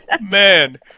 Man